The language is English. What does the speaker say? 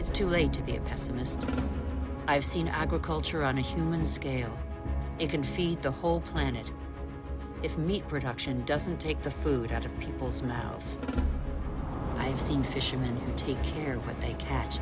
it's too late to be a pessimist i've seen agriculture on a human scale it can feed the whole planet if meat production doesn't take the food out of people's mouths i've seen fishermen take care of what they catch